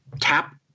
tap